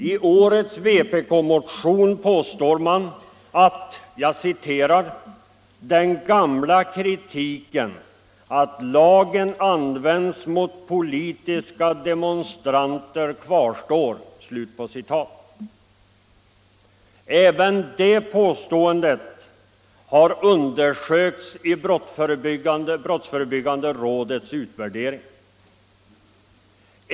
I årets vpk-motion påstår man att: ”Den gamla kritiken, att lagen används för ingripande mot politiska demonstranter, kvarstår.” Även det påståendet har undersökts i brottsförebyggande rådets utvärdering.